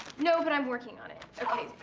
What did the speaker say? no, but i'm working on it. okay,